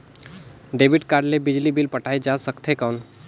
Debit card ले बिजली bill पटाय जा सकथे कौन?